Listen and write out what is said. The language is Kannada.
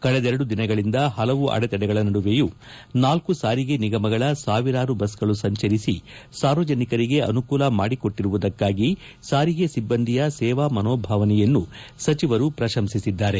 ಕಳೆದೆರಡು ದಿನಗಳಿಂದ ಪಲವು ಅಡೆತಡೆಗಳ ನಡುವೆಯೂ ನಾಲ್ಕು ಸಾರಿಗೆ ನಿಗಮಗಳ ಸಾವಿರಾರು ಬಸ್ಗಳು ಸಂಚರಿಸಿ ಸಾರ್ವಜನಿಕರಿಗೆ ಅನುಕೂಲ ಮಾಡಿಕೊಟ್ಟರುವುದಕ್ಕಾಗಿ ಸಾರಿಗೆ ಸಿಬ್ದಂದಿಯ ಸೇವಾ ಮನೋಭಾವನೆಯನ್ನು ಸಚಿವರು ಪ್ರಕಂಸಿಸಿದ್ದಾರೆ